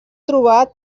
trobat